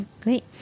Great